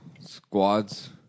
squads